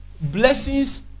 Blessings